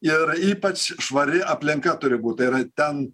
ir ypač švari aplinka turi būt tai yra ten